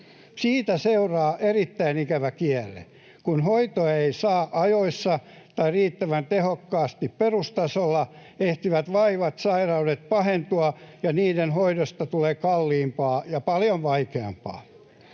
Siitä seuraa erittäin ikävä kierre. Kun hoitoa ei saa ajoissa tai riittävän tehokkaasti perustasolla, ehtivät vaivat, sairaudet pahentua, ja niiden hoidosta tulee kalliimpaa ja paljon vaikeampaa.